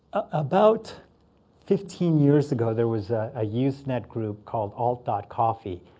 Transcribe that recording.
about fifteen years ago, there was a usenet group called alt ah coffee.